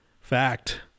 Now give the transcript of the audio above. Fact